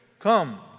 Come